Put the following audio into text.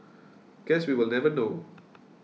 guess we will never know